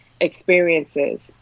experiences